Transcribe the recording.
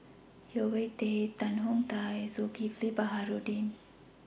Yeo Wei Wei Tan Tong Hye and Zulkifli Baharudin